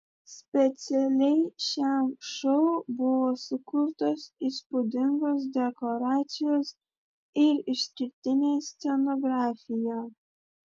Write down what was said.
specialiai šiam šou buvo sukurtos įspūdingos dekoracijos ir išskirtinė scenografija